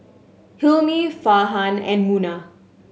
Hilmi Farhan and Munah